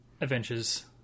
adventures